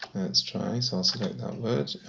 let's try. so i'll select that word,